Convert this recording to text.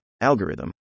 algorithm